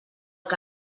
que